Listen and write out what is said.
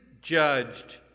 judged